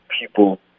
people